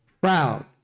proud